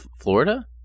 Florida